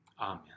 Amen